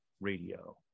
radio